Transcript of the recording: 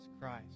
Christ